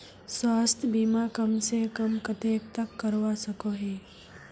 स्वास्थ्य बीमा कम से कम कतेक तक करवा सकोहो ही?